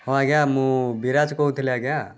ହଁ ଆଜ୍ଞା ମୁଁ ବିରାଜ କହୁଥିଲି ଆଜ୍ଞା